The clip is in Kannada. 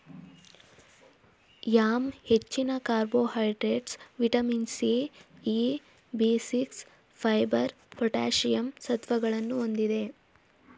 ಯಾಮ್ ಹೆಚ್ಚಿನ carbohydrates, vitamin C, E, B six, fibre, potassium ಸತ್ವಗಳನ್ನು ಹೊಂದಿದೆ